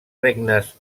regnes